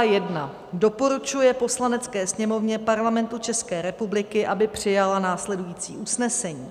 I. doporučuje Poslanecké sněmovně Parlamentu České republiky, aby přijala následující usnesení: